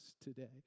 today